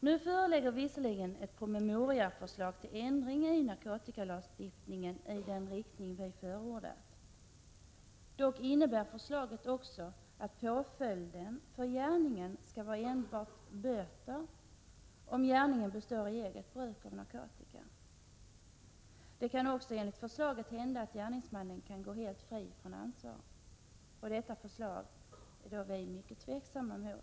Nu föreligger visserligen ett promemorieförslag till ändring i narkotikalagstiftningen i den riktning vi förordat. Dock innebär förslaget också att påföljden för gärningen skall vara endast böter om gärningen består i eget bruk av narkotika. Det kan också enligt förslaget hända att gärningsmannen kan gå helt fri från ansvar. Detta förslag är vi mycket tveksamma mot.